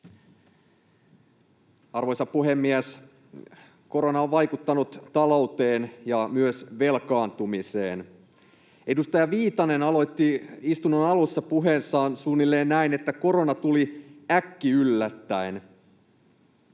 Arvoisa puhemies! Korona on vaikuttanut talouteen ja myös velkaantumiseen. Edustaja Viitanen aloitti istunnon alussa puheessaan suunnilleen näin, että korona tuli äkkiyllättäen.